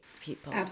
people